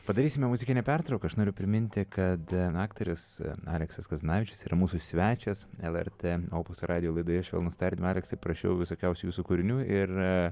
padarysime muzikinę pertrauką aš noriu priminti kad aktorius aleksas kazanavičius yra mūsų svečias lrt opus radijo laidoje švelnūs tardymai aleksai prašiau visokiausių jūsų kūrinių ir